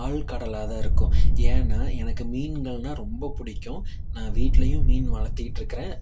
ஆழ்கடலாகதான் இருக்கும் ஏனால் எனக்கு மீன்கள்னால் ரொம்ப பிடிக்கும் நான் வீட்லையும் மீன் வளர்த்திட்ருக்குறேன்